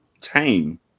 tame